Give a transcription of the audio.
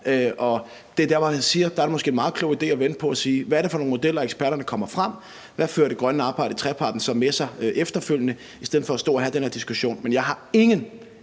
Det er der, hvor jeg siger, at det måske er en meget klog idé at vente og se, hvad det er for nogle modeller, eksperterne kommer frem med, og hvad det grønne arbejde i treparten fører med sig efterfølgende, i stedet for at stå og have den her diskussion. Jeg har ingen